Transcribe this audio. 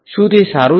શું તે સારું છે